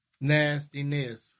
Nastiness